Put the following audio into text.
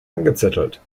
angezettelt